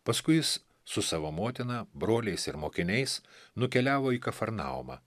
paskui jis su savo motina broliais ir mokiniais nukeliavo į kafarnaumą